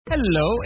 Hello